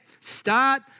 Start